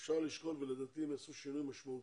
אפשר לשקול ולדעתי הם יעשו שינוי משמעותי.